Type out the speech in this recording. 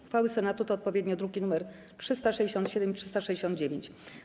Uchwały Senatu to odpowiednio druki nr 367 i 369.